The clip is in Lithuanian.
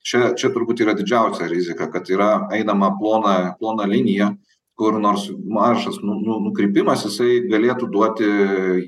čia čia turbūt yra didžiausia rizika kad yra einama plona plona linija kur nors mažas nu nukrypimas jisai galėtų duoti